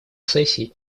сессий